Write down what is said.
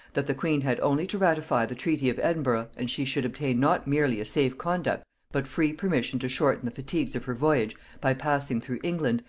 that the queen had only to ratify the treaty of edinburgh, and she should obtain not merely a safe-conduct but free permission to shorten the fatigues of her voyage by passing through england,